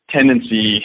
Tendency